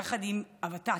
יחד עם הוות"ת